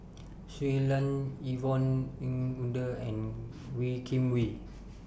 Shui Lan Yvonne Ng Uhde and Wee Kim Wee